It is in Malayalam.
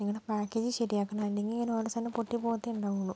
നിങ്ങളുടെ പാക്കേജ് ശരി ആക്കണം അല്ലെങ്കിൽ ഇങ്ങനെ ഓരോ സാധനം പൊട്ടി പോകത്തെ ഉണ്ടാവുകയുള്ളു